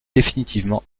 définitivement